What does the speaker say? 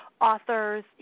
authors